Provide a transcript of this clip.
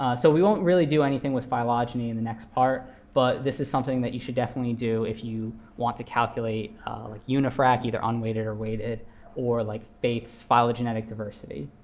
ah so we won't really do anything with phylogeny in the next part, but this is something that you should definitely do if you want to calculate unifrac either unweighted or weighted or like faith's phylogenetic diversity.